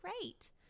great